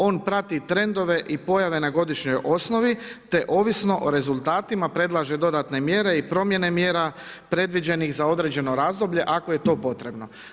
On prati trendove i pojave na godišnjoj osnovi, te ovisno o rezultatima predlaže dodatne mjere i promjene mjera, predviđenih za određeno razdoblje, ako je to potrebno.